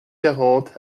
quarante